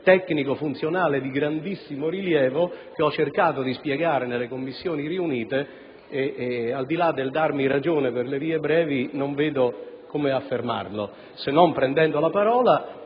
tecnico- funzionale di grande rilievo, che ho cercato di spiegare in sede di Commissioni riunite e che, al di là della ragione datami per le vie brevi, non vedo come affermare se non prendendo la parola.